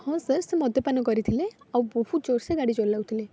ହଁ ସାର୍ ସିଏ ମଦ୍ୟପାନ କରିଥିଲେ ଆଉ ବହୁତ ଜୋରସେ ଗାଡ଼ି ଚଲାଉଥିଲେ